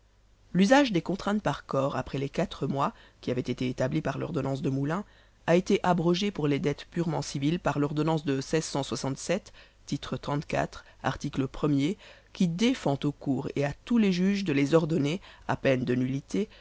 l'usage des contraintes par corps après les quatre mois qui avait été établi par l'ordonnance de moulins a été abrogé pour les dettes purement civiles par l'ordonnance de tit art er qui défend aux cours et à tous les juges de les ordonner à peine de nullité